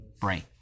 brain